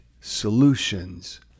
solutions